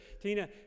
Tina